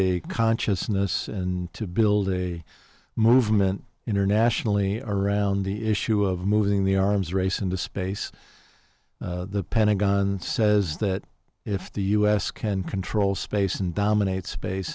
a consciousness and to build a movement internationally around the issue of moving the arms race into space the pentagon says that if the u s can control space and dominate space